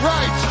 Right